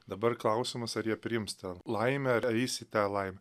dabar klausimas ar jie priims tą laimę ar eis į tą laimę